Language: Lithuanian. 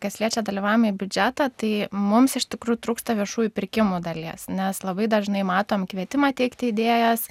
kas liečia dalyvaujamąjį biudžetą tai mums iš tikrųjų trūksta viešųjų pirkimų dalies nes labai dažnai matom kvietimą teikti idėjas